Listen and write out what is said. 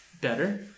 better